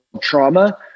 trauma